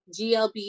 GLB